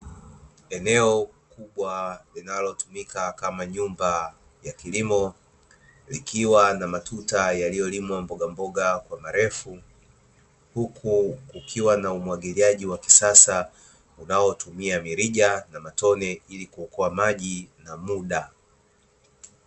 Eneo kubwa linalotumika kama nyumba ya kilimo, likiwa na matuta yaliyolimwa mbogamboga kwa marefu, huku kukiwa na umwagiliaji wa kisasa ,unaotumia mirija na matone ili kuokoa maji na muda.